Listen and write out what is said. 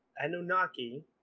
anunnaki